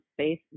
space